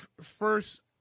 first